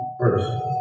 first